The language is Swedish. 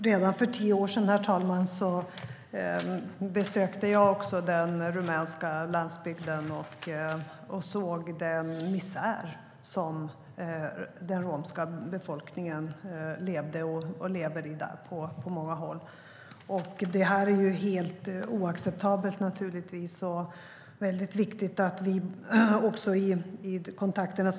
Herr talman! Redan för tio år sedan besökte jag den rumänska landsbygden och såg den misär som den romska befolkningen levde i - och lever i - på många håll. Det här är naturligtvis helt oacceptabelt.